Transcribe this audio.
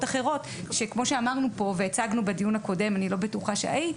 אחרות - שכמו שאמרנו כאן והצגנו בדיון הקודם בו אני לא בטוחה שהיית